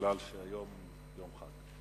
ארבע דקות כיוון שהיום יום חג.